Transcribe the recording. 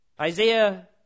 Isaiah